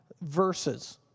verses